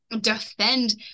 defend